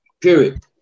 period